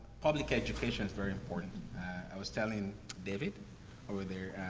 public education is very important i was telling david over there, ah,